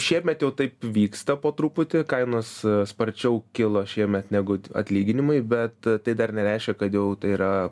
šiemet jau taip vyksta po truputį kainos sparčiau kilo šiemet negu atlyginimai bet tai dar nereiškia kad jau tai yra